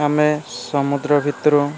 ଆମେ ସମୁଦ୍ର ଭିତରୁ